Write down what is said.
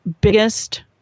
biggest